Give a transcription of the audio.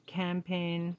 campaign